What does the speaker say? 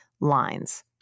lines